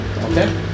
Okay